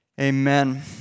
Amen